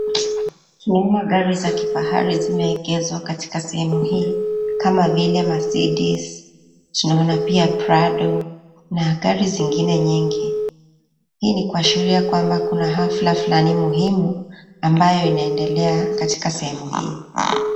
Tunaona gari za kifahari zimeegezwa katika sehemu hii kama vile Mercedes tunaona pia prado na gari zingine nyingi. Hii ni kuashiria kwamba kuna hafla fulani muhimu ambayo inaendelea katika sehemu hii.